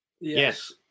Yes